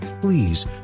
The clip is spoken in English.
Please